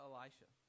Elisha